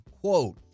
Quote